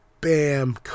bam